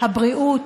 הבריאות,